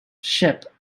ship